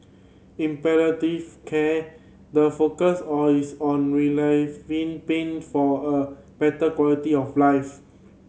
in palliative care the focus on is on relieving pain for a better quality of life